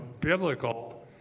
biblical